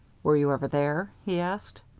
were you ever there? he asked.